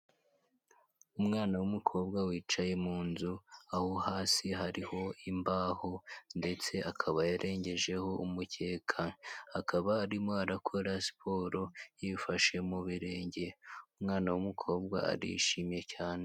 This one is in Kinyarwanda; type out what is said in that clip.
Umwana w'umukobwa wicaye mu nzu aho hasi hariho imbaho ndetse akaba yarengejeho umukeka, akaba arimo akora siporo yifashe mu birenge, umwana w'umukobwa arishimye cyane.